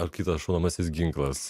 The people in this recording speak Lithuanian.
ar kitas šaunamasis ginklas